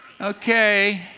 Okay